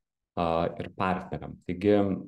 a ir partneriam taigi